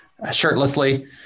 shirtlessly